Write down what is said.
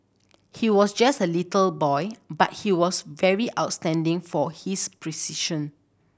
he was just a little boy but he was very outstanding for his precision